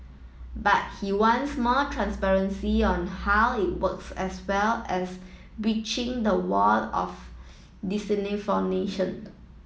but he wants more transparency on how it works as well as a breaching of the wall of disinformation